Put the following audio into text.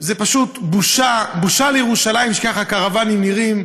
זה פשוט בושה לירושלים שככה קרוואנים נראים.